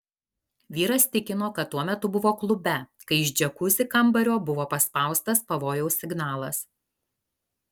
vyras tikino kad tuo metu buvo klube kai iš džiakuzi kambario buvo paspaustas pavojaus signalas